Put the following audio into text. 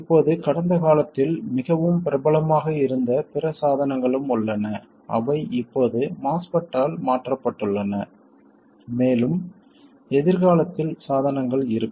இப்போது கடந்த காலத்தில் மிகவும் பிரபலமாக இருந்த பிற சாதனங்களும் உள்ளன அவை இப்போது MOSFET ஆல் மாற்றப்பட்டுள்ளன மேலும் எதிர்காலத்தில் சாதனங்கள் இருக்கும்